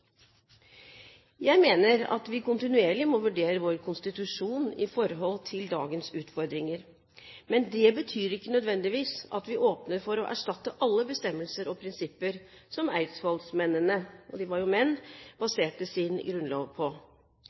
Jeg mener at vi kontinuerlig må vurdere vår konstitusjon i forhold til dagens utfordringer, men det betyr ikke nødvendigvis at vi åpner for å erstatte alle bestemmelser og prinsipper som eidsvollsmennene – de var jo menn – baserte sin grunnlov på.